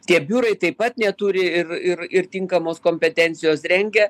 tie biurai taip pat neturi ir ir ir tinkamos kompetencijos rengia